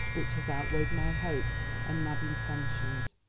which has outweighed my hopes and mad intentions.